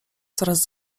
coraz